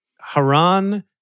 Haran